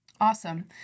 Awesome